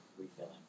refilling